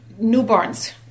newborns